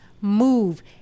move